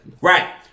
Right